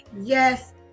Yes